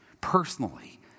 personally